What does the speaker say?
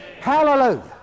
Hallelujah